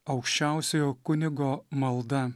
aukščiausiojo kunigo malda